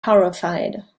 horrified